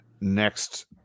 next